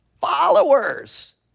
followers